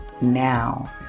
now